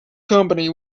company